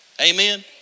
amen